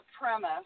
premise